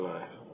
Life